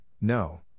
no